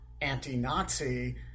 anti-nazi